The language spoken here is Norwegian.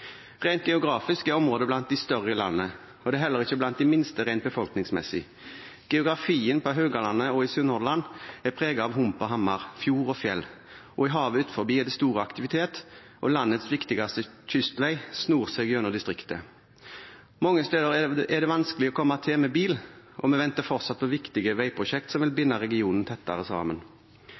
Rent geografisk er området blant de større i landet, og det er heller ikke blant de minste rent befolkningsmessig. Geografien på Haugalandet og i Sunnhordland er preget av hump og hammer, fjord og fjell. I havet utenfor er det stor aktivitet, og landets viktigste kystled snor seg gjennom distriktet. Mange steder er det vanskelig å komme til med bil, og vi venter fortsatt på viktige veiprosjekt som vil binde regionen tettere sammen.